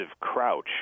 crouch